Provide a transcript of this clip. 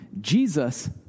Jesus